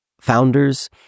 founders